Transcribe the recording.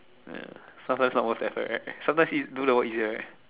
yeah sometimes not worth effort right sometimes do the work easier right